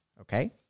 okay